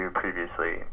previously